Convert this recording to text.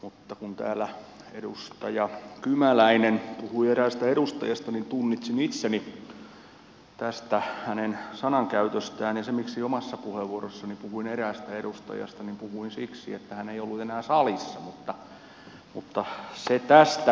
mutta kun täällä edustaja kymäläinen puhui eräästä edustajasta niin tunnistin itseni tästä hänen sanankäytöstään ja miksi omassa puheenvuorossani puhuin eräästä edustajasta niin puhuin siksi että hän ei ollut enää salissa mutta se tästä